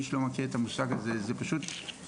למי שלא מכיר את המושג הזה זה פשוט מקומות